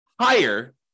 higher